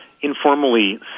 informally